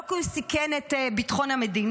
לא כי הוא סיכן את ביטחון המדינה,